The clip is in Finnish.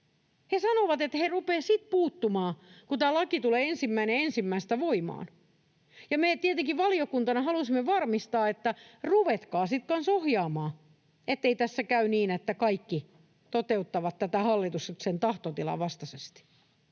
He sanovat, että he rupeavat sitten puuttumaan, kun tämä laki tulee 1.1. voimaan, ja me tietenkin valiokuntana halusimme varmistaa, että ruvetkaa sitten kanssa ohjaamaan, ettei tässä käy niin, että kaikki toteuttavat tätä hallituksen tahtotilan vastaisesti.